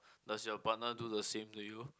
does your partner do the same to you